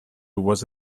was